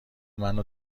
منو